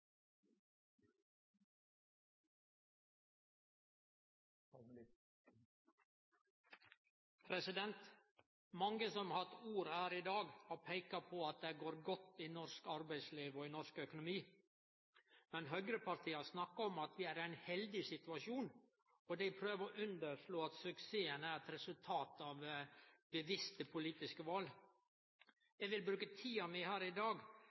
menneske. Mange som har hatt ordet her i dag, har peika på at det går godt i norsk arbeidsliv og i norsk økonomi. Men høgrepartia snakkar om at vi er i ein heldig situasjon, og dei prøver å underslå at suksessen er eit resultat av bevisste, politiske val. Eg vil bruke tida mi her i dag